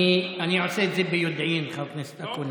אני עושה את זה ביודעין, חבר הכנסת אקוניס.